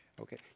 Okay